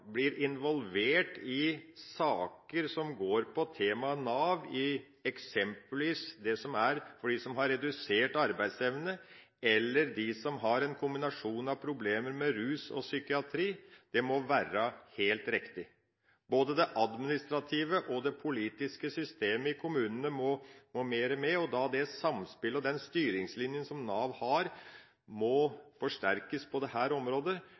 som har redusert arbeidsevne, eller de som har en kombinasjon av problemer med rus og psykiatri, ville det – ut i fra min erfaring – være helt riktig. Både det administrative og det politiske systemet i kommunene må mer med. Samspillet og den styringslinja som Nav har, må forsterkes på dette området slik at man får et større eieransvar for det